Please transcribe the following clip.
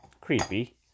creepy